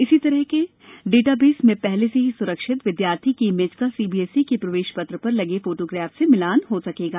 इसी तरह से डाटाबेस में पहले से ही सुरक्षित विद्यार्थी की इमेज का सीबीएसई के प्रवेश पत्र पर लगे फोटोग्राफ से मिलान हो सर्कगा